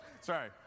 Sorry